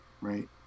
Right